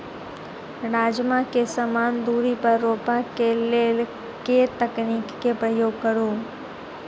राजमा केँ समान दूरी पर रोपा केँ लेल केँ तकनीक केँ प्रयोग करू?